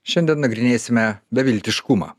šiandien nagrinėsime beviltiškumą